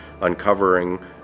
uncovering